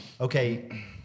Okay